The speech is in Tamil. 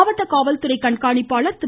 மாவட்ட காவல்துறை கண்காணிப்பாளர் திரு